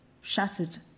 shattered